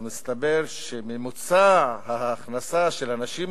אז מסתבר שממוצע ההכנסה של הנשים